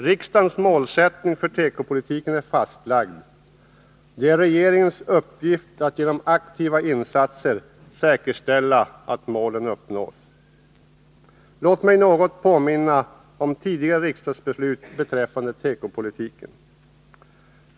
Riksdagens målsättning för tekopolitiken är fastlagd. Det är regeringens uppgift att genom aktiva insatser säkerställa att målen uppnås. Låt mig något påminna om tidigare riksdagsbeslut beträffande tekopolitiken.